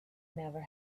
never